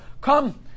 Come